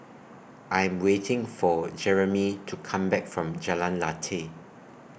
I Am waiting For Jeremie to Come Back from Jalan Lateh